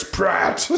Pratt